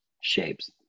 shapes